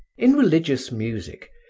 in religious music,